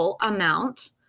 amount